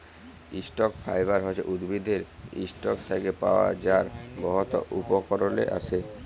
stock fibre হছে উদ্ভিদের ইসটক থ্যাকে পাওয়া যার বহুত উপকরলে আসে